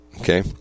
Okay